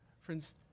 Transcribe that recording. Friends